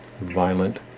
violent